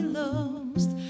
lost